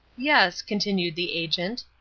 yes, continued the agent,